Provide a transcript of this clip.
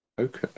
Okay